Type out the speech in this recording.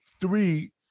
Three